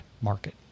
market